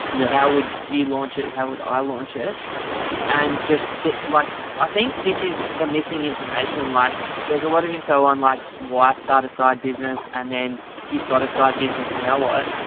yeah how would you launch it? how would i launch it and just like, i think this is the missing information, like there's a lot of info on like why start a side business and then you've got a side business now what?